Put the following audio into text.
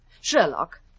Sherlock